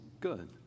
Good